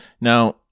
Now